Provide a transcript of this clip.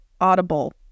Audible